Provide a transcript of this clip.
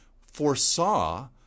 foresaw